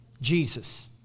Jesus